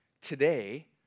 today